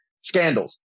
scandals